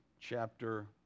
chapter